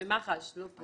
במח"ש, לא פה.